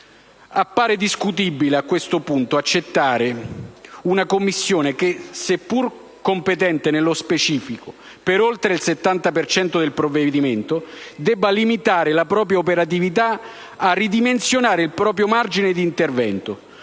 Appare discutibile a questo punto accettare che una Commissione, seppur competente nello specifico per oltre il 70 per cento del provvedimento, debba limitare la propria operatività e ridimensionare il proprio margine di intervento,